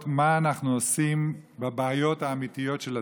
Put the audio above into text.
מה אנחנו עושים בבעיות האמיתיות של הציבור.